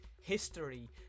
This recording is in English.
history